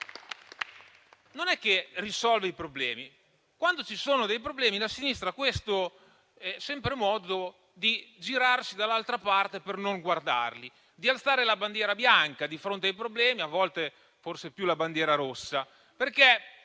non è che risolve i problemi. Quando ci sono problemi, la sinistra trova sempre il modo di girarsi dall'altra parte per non guardarli e di alzare bandiera bianca di fronte ad essi (a volte forse più la bandiera rossa).